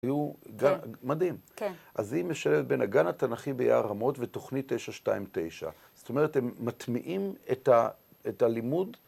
‫היו... מדהים. ‫כן. ‫אז היא משלבת בין הגן התנ"כי ‫ביער רמות ותוכנית 929. ‫זאת אומרת, הם מטמיעים את הלימוד...